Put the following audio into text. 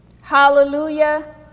Hallelujah